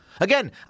Again